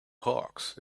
hawks